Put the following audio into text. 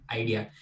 idea